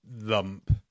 lump